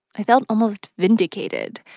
i felt almost vindicated,